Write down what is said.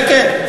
זה כן.